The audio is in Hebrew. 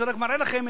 זה רק מראה לכם,